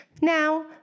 Now